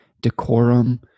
decorum